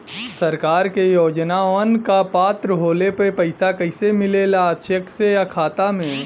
सरकार के योजनावन क पात्र होले पर पैसा कइसे मिले ला चेक से या खाता मे?